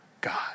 God